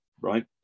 right